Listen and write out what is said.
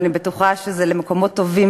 ואני בטוחה שזה למקומות טובים,